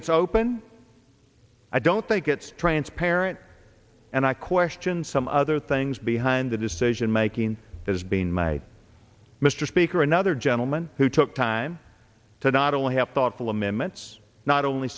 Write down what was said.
it's open i don't think it's transparent and i question some other things behind the decision making has been my mr speaker another gentleman who took time to not only have thoughtful amendments not only